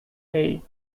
hey